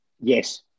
Yes